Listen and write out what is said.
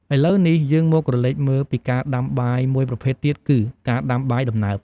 ឥឡុវនេះ យើងមកក្រឡេកមើលពីការដាំបាយមួយប្រភេទទៀតគឺ ការដាំបាយដំណើប។